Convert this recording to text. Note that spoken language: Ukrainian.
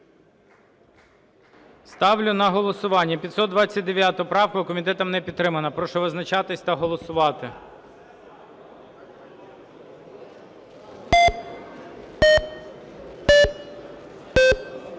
Ставлю на голосування 529 правку. Комітетом не підтримана. Прошу визначатись та голосувати.